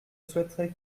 souhaiterais